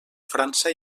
frança